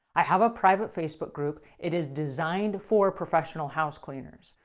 i have a private facebook group. it is designed for professional house cleaners.